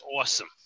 awesome